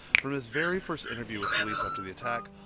from his very first interview with police after the attack,